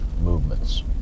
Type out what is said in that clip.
movements